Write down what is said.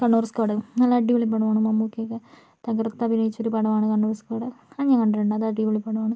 Kannur Squad നല്ല അടിപൊളി പടമാണ് മമ്മൂക്ക ഒക്കെ തകർത്ത് അഭിനയിച്ച ഒരു പടമാണ് കണ്ണൂർ സ്ക്വാഡ് അത് ഞാൻ കണ്ടിട്ടുണ്ട് അത് അടിപൊളി പടമാണ്